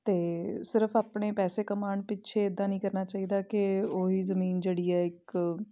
ਅਤੇ ਸਿਰਫ ਆਪਣੇ ਪੈਸੇ ਕਮਾਉਣ ਪਿੱਛੇ ਇੱਦਾਂ ਨਹੀਂ ਕਰਨਾ ਚਾਹੀਦਾ ਕਿ ਉਹ ਹੀ ਜਮੀਨ ਜਿਹੜੀ ਹੈ ਇੱਕ